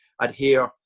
adhere